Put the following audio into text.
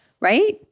right